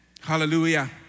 Hallelujah